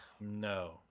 No